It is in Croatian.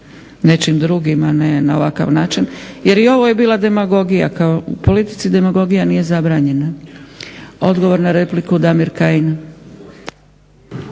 nečim drugim, a ne na ovakav način jer i ovo je bila demagogija. U politici demagogija nije zabranjena. Odgovor na repliku Damir Kajin.